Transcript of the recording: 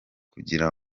kugira